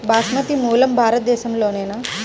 బాస్మతి మూలం భారతదేశంలోనా?